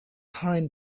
hind